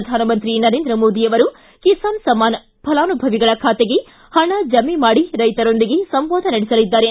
ಪ್ರಧಾನಮಂತ್ರಿ ನರೇಂದ್ರ ಮೋದಿ ಅವರು ಕಿಸಾನ್ ಸಮ್ಮಾನ್ ಫಲಾನುಭವಿಗಳ ಖಾತೆಗೆ ಹಣ ಜಮೆ ಮಾಡಿ ರೈತರೊಂದಿಗೆ ಸಂವಾದ ನಡೆಸಲಿದ್ದಾರೆ